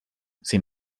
sin